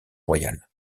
royal